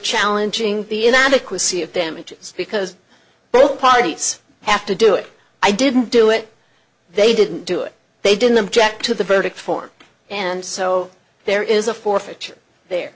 challenging the inadequacy of damages because both parties have to do it i didn't do it they didn't do it they didn't object to the verdict form and so there is a